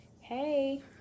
Hey